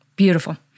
Beautiful